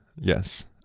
Yes